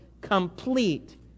complete